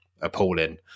appalling